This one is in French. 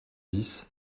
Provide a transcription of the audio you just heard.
dix